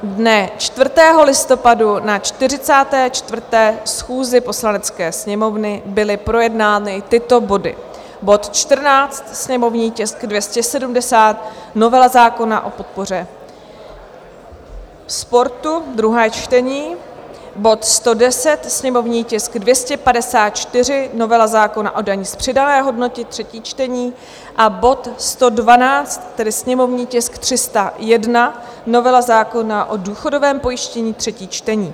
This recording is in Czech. Dne 4. listopadu na 44. schůzi Poslanecké sněmovny byly projednány tyto body: bod 14, sněmovní tisk 270, novela zákona o podpoře sportu, druhé čtení, bod 110, sněmovní tisk 254, novela zákona o dani z přidané hodnoty, třetí čtení, a bod 112, tedy sněmovní tisk 301, novela zákona o důchodovém pojištění, třetí čtení.